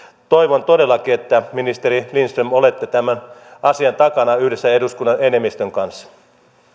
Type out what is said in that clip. toivon todellakin että ministeri lindström olette tämän asian takana yhdessä eduskunnan enemmistön kanssa